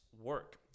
work